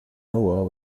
noah